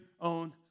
own